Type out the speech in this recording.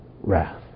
wrath